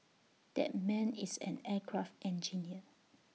that man is an aircraft engineer